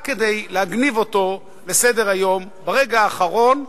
רק כדי להגניב אותו לסדר-היום ברגע האחרון,